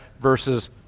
versus